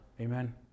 Amen